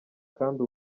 kandi